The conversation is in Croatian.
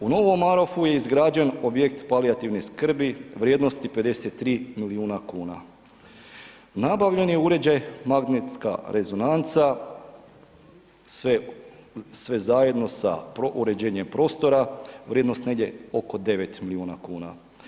U Novom Marofu je izgrađen objekt palijativne skrbi vrijednosti 53 milijuna kuna, nabavljen je uređaj magnetska rezonanca, sve zajedno sa uređenjem prostora, vrijednost negdje oko 9 milijuna kuna.